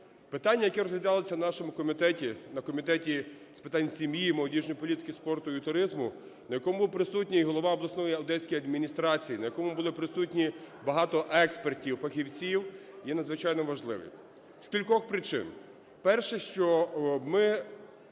Питання, яке розглядалося в нашому комітеті, на Комітеті з питань сім'ї, молодіжної політики, спорту і туризму, на якому присутній голова обласної Одеської адміністрації, на якому були присутні багато експертів, фахівців, є надзвичайно важливим. З кількох причин. Перше: що ми